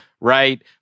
right